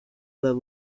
the